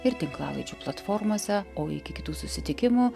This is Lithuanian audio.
ir tinklalaidžių platformose o iki kitų susitikimų